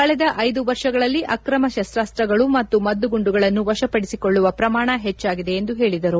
ಕಳೆದ ಐದು ವರ್ಷಗಳಲ್ಲಿ ಆಕ್ರಮ ಶಸ್ತಾಸ್ತಗಳು ಮತ್ತು ಮದ್ದುಗುಂಡುಗಳನ್ನು ವಶಪಡಿಸಿಕೊಳ್ಳುವ ಪ್ರಮಾಣ ಹೆಚ್ಚಾಗಿದೆ ಎಂದು ಹೇಳಿದರು